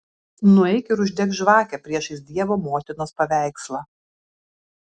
nueik ir uždek žvakę priešais dievo motinos paveikslą